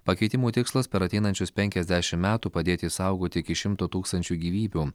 pakeitimų tikslas per ateinančius penkiasdešimt metų padėti išsaugoti iki šimto tūkstančių gyvybių